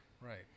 Right